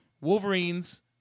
Wolverines